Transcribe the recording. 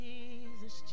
Jesus